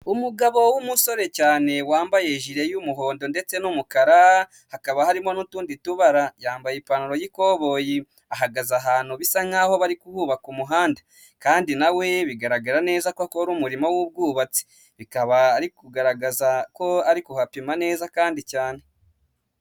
Umugabo w'umusore cyane wambaye ijire y'umuhondo ndetse n'umukara, hakaba harimo n'utundi tubara. Yambaye ipantaro y'ikoboyi, ahagaze ahantu bisa nkaho bari kuhubaka umuhanda kandi nawe we bigaragara neza ko akora umurimo w'ubwubatsi, bikaba ari kugaragaza ko ari kuhapima neza kandi cyane.